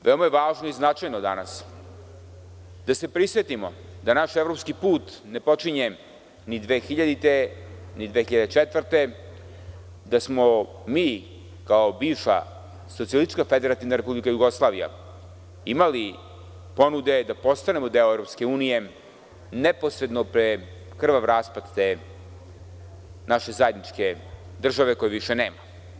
Veoma je važno i značajno danas da se prisetimo da naš evropski put ne počinje ni 2000. ni 2004. godine, da smo mi kao bivša Socijalistička Federativna Republika Jugoslavija imali ponude da postanemo deo EU neposredno pre krvav raspad te naše zajedničke države, koje više nema.